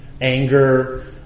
anger